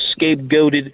scapegoated